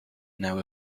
now